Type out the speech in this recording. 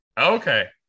okay